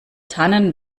tannen